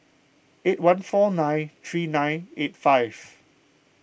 eight one four nine three nine eight five